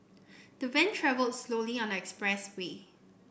the van travelled slowly on the expressway